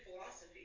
philosophy